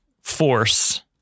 force